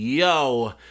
Yo